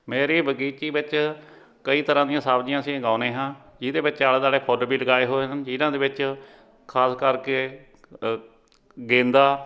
ਮੇਰੀ ਬਗੀਚੀ ਵਿੱਚ ਕਈ ਤਰ੍ਹਾਂ ਦੀਆਂ ਸਬਜ਼ੀਆਂ ਅਸੀਂ ਉਗਾਉਂਦੇ ਹਾਂ ਜਿਹਦੇ ਵਿੱਚ ਆਲੇ ਦੁਆਲੇ ਫੁੱਲ ਵੀ ਲਗਾਏ ਹੋਏ ਹਨ ਜਿਨ੍ਹਾਂ ਦੇ ਵਿੱਚ ਖਾਸ ਕਰਕੇ ਗੇਂਦਾ